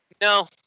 No